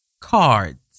cards